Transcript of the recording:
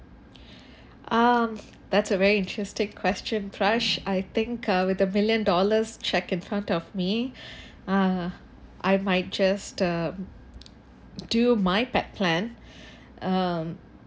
um that's a very interesting question prash I think uh with a million dollars check in front of me ah I might just uh do my back plan um